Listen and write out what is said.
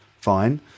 fine